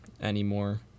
anymore